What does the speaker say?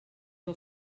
del